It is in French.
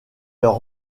leur